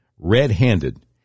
Red-Handed